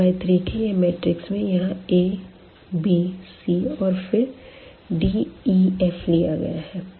2 by 3 के यह matrix में यहाँ a b c और फिर d e and f लिया गया है